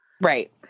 Right